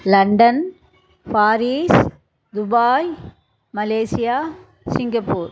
London Paris Dubai Malaysia Singapore